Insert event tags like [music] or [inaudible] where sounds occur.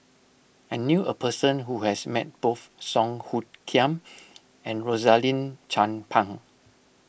I knew a person who has met both Song Hoot Kiam [noise] and Rosaline Chan Pang